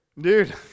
Dude